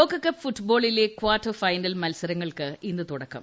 ലോകകപ്പ് ഫുട്ബോളിലെ quarter final പോരാട്ടങ്ങൾക്ക് ഇന്ന് തുടക്കം